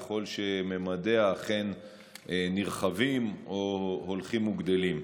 ככל שממדיה אכן נרחבים או הולכים וגדלים.